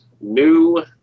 new